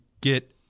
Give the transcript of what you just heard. get